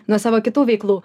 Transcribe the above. nuo savo kitų veiklų